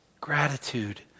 gratitude